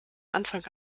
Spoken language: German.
anfang